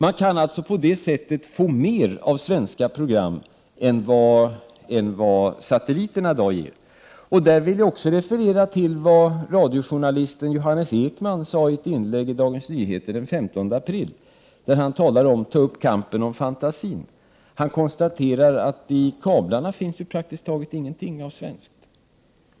Man kan alltså på det sättet få mer av svenska program än vad satelliterna i dag ger, och jag vill referera till vad radiojournalisten Johannes Ekman sade i ett inlägg i Dagens Nyheter den 15 april. Han talar där om att ta upp kampen om fantasin, och han konstaterar att i kablarna finns praktiskt taget ingenting av svenskt.